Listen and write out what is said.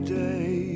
day